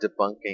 debunking